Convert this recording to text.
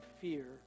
fear